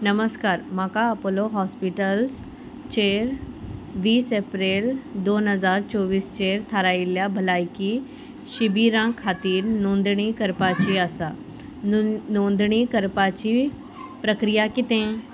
नमस्कार म्हाका आपोलो हॉस्पिटल्सचेर वीस एप्रील दोन हजार चोवीसचेर थारायिल्ल्या भलायकी शिबिरा खातीर नोंदणी करपाची आसा नोंद नोंदणी करपाची प्रक्रिया कितें